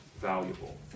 valuable